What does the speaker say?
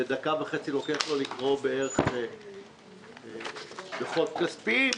ודקה וחצי לוקח לו לקרוא בערך דוחות כספיים